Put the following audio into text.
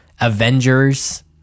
Avengers